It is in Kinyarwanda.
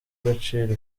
agaciro